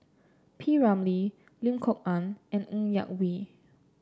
P Ramlee Lim Kok Ann and Ng Yak Whee